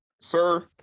sir